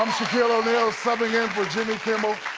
shaquille o'neal, subbing in for jimmy kimmel.